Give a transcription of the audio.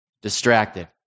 distracted